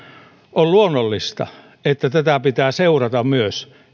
on luonnollista että pitää seurata myös